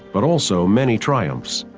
but also many triumphs.